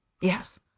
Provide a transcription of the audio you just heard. Yes